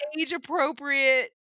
age-appropriate